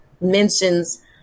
mentions